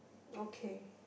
okay